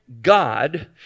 God